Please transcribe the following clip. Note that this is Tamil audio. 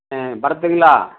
பரத்துங்களா